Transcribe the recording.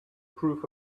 proof